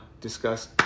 discuss